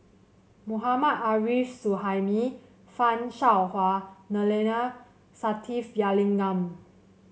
Mohammad Arif Suhaimi Fan Shao Hua Neila Sathyalingam